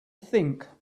think